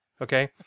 okay